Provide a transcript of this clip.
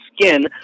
skin